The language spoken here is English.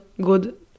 good